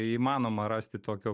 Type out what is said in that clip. įmanoma rasti tokio